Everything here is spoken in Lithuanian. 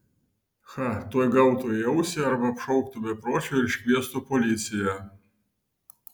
cha tuoj gautų į ausį arba apšauktų bepročiu ir iškviestų policiją